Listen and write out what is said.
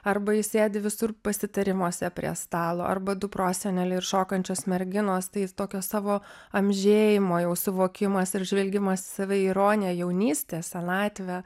arba jis sėdi visur pasitarimuose prie stalo arba du proseneliai ir šokančios merginos tai jis tokio savo amžėjimo jau suvokimas ir žvelgimas į save ironija jaunystę senatvę